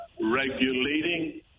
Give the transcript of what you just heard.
regulating